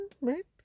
right